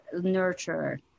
nurture